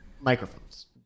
microphones